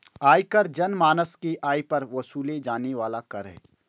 आयकर जनमानस के आय पर वसूले जाने वाला कर है